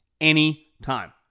anytime